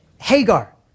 Hagar